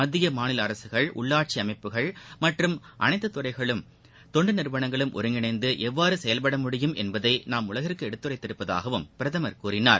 மத்திய மாநில அரசுகள் உள்ளாட்சி அமைப்புகள் மற்றம் அனைத்து துறைகளும் தொன்டு நிறுவனங்களும் ஒருங்கிணைந்து எவ்வாறு செயல்பட முடியும் என்பதை நாம் உலகிற்கு எடுத்துரைத்துள்ளதாகவும் பிரதமர் கூறினார்